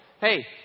hey